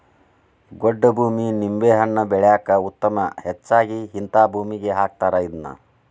ಗೊಡ್ಡ ಭೂಮಿ ನಿಂಬೆಹಣ್ಣ ಬೆಳ್ಯಾಕ ಉತ್ತಮ ಹೆಚ್ಚಾಗಿ ಹಿಂತಾ ಭೂಮಿಗೆ ಹಾಕತಾರ ಇದ್ನಾ